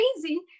crazy